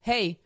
Hey